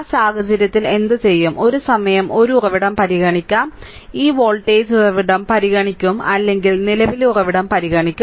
ആ സാഹചര്യത്തിൽ എന്തുചെയ്യും ഒരു സമയം ഒരു ഉറവിടം പരിഗണിക്കും ഈ വോൾട്ടേജ് ഉറവിടം പരിഗണിക്കും അല്ലെങ്കിൽ നിലവിലെ ഉറവിടം പരിഗണിക്കും